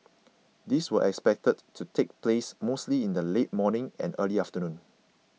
these were expected to take place mostly in the late morning and early afternoon